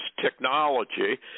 technology